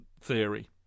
theory